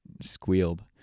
squealed